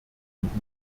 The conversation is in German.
und